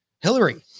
Hillary